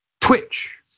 Twitch